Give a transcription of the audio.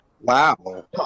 Wow